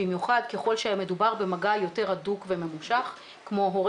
במיוחד ככל שמדובר במגע יותר הדוק וממושך כמו הורה